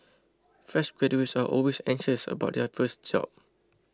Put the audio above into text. fresh graduates are always anxious about their first job